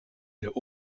der